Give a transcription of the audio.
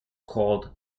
called